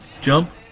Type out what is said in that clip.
Jump